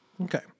Okay